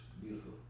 beautiful